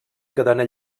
cadena